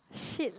shit